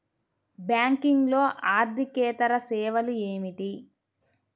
బ్యాంకింగ్లో అర్దికేతర సేవలు ఏమిటీ?